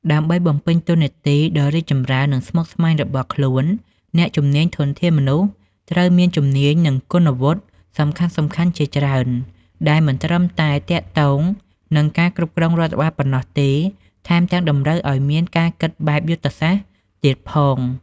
ដើម្បីបំពេញតួនាទីដ៏រីកចម្រើន និងស្មុគស្មាញរបស់ខ្លួន អ្នកជំនាញ ធនធានមនុស្ស ត្រូវមានជំនាញ និងគុណវុឌ្ឍិសំខាន់ៗជាច្រើន ដែលមិនត្រឹមតែទាក់ទងនឹងការគ្រប់គ្រងរដ្ឋបាលប៉ុណ្ណោះទេ ថែមទាំងតម្រូវឱ្យមានការគិតបែបយុទ្ធសាស្ត្រទៀតផង។